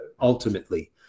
ultimately